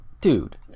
dude